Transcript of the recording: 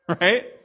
right